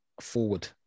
forward